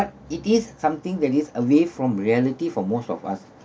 it is something that is away from reality for most of us